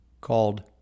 called